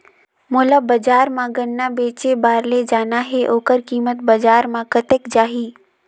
मोला बजार मां गन्ना बेचे बार ले जाना हे ओकर कीमत बजार मां कतेक जाही?